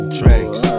tracks